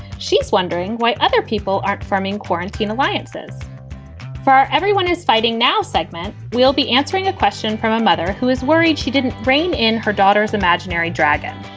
she's wondering why other people aren't forming quarantine alliances for everyone who's fighting now segment. we'll be answering a question from mother who is worried she didn't rein in her daughter's imaginary dragon.